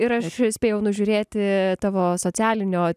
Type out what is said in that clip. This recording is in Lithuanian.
ir aš spėjau nužiūrėti tavo socialinio